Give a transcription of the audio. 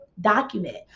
document